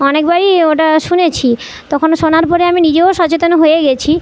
অনেকবারই ওটা শুনেছি তখন শোনার পরে আমি নিজেও সচেতন হয়ে গেছি